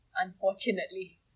unfortunately